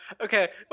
okay